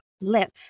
live